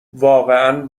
واقعا